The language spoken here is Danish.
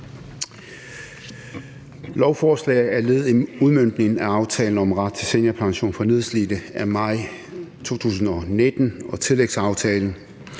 Lovforslaget er et led i udmøntningen af aftalen om ret til seniorpension for nedslidte af maj 2019 og tillægsaftalen